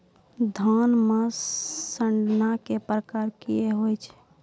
धान म सड़ना कै प्रकार के होय छै?